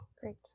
Great